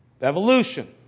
evolution